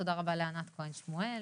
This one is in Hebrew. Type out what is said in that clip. תודה רבה לענת כהן שמואל,